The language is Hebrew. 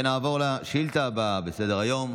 נעבור לשאילתה הבאה בסדר-היום,